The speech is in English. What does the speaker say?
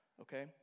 okay